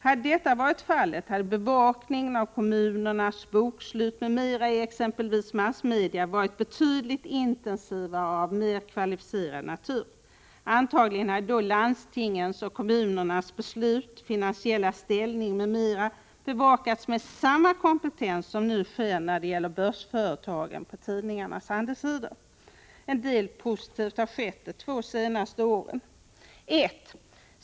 Hade detta varit fallet, hade bevakningen av kommunernas bokslut m.m. i exempelvis massmedia varit betydligt intensivare och av mera kvalificerad natur. Antagligen hade då landstingens och kommunernas bokslut, finansiella ställning m.m. bevakats med samma kompetens som nu sker när det gäller börsföretagen på tidningarnas handelssidor. En del positivt har skett de två senaste åren: 1.